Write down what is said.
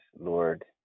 Lord